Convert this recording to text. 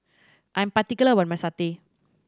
I am particular about my satay